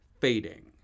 fading